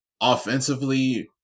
offensively